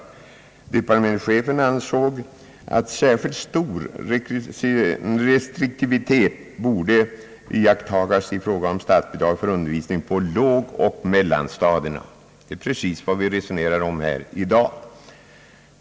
Departementschefen ansåg att särskilt stor restriktivitet borde iakttagas i fråga om statsbidrag för undervisning på lågoch mellanstadium. Det är precis vad vi resonerar om i dag.